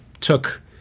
took